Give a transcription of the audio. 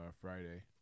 Friday